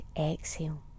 exhale